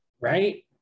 right